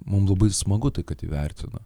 mum labai smagu tai kad įvertino